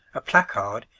a placard,